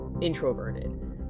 introverted